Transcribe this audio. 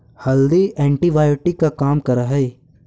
हल्दी एंटीबायोटिक का काम करअ हई